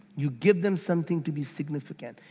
you give them something to be significant.